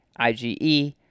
IgE